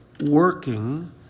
working